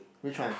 which one